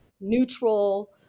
neutral